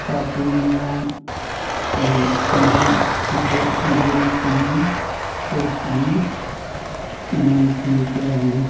carton ꯃꯉꯥ chilli ꯁꯤꯀ꯭ꯔꯦꯠ green chilli ꯁꯣꯁꯒꯤ ꯃꯃꯜꯁꯤꯡ ꯀꯌꯥꯅꯣ